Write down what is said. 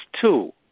two